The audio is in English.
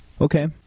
okay